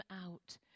out